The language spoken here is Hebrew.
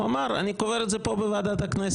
הוא אמר: אני קובר את זה פה בוועדת הכנסת,